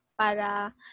para